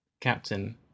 Captain